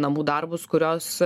namų darbus kurios